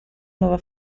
nuova